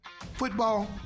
football